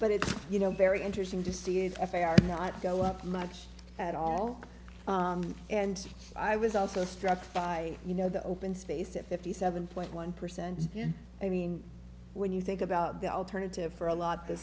but it's you know very interesting to see if they are not go up much at all and i was also struck by you know the open space at fifty seven point one percent i mean when you think about the alternative for a lot th